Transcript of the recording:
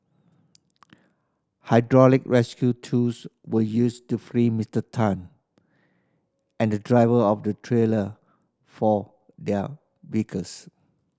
hydraulic rescue tools were used to free Mister Tan and the driver of the trailer from their vehicles